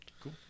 Cool